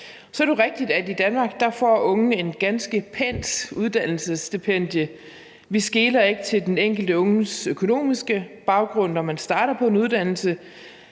Så er det jo rigtigt, at i Danmark får unge et ganske pænt su-stipendie. Vi skeler ikke til den enkelte unges økonomiske baggrund, når man starter på en uddannelse.